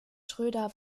schröder